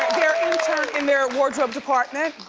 their intern in their wardrobe department.